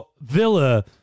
Villa